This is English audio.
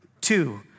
two